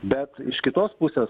bet iš kitos pusės